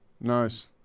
Nice